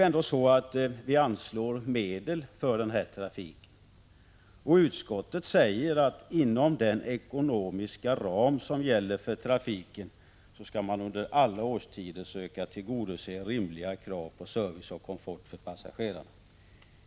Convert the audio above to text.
Medel anslås för denna trafik, och utskottet säger att man inom den ekonomiska ram som gäller för trafiken skall under alla årstider söka tillgodose rimliga krav på service och komfort för passagerarna.